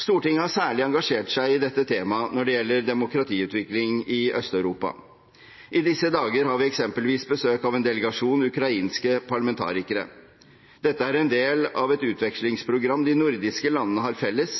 Stortinget har særlig engasjert seg i dette temaet når det gjelder demokratiutvikling i Øst-Europa. I disse dager har vi eksempelvis besøk av en delegasjon ukrainske parlamentarikere. Dette er en del av et utvekslingsprogram de nordiske landene har felles,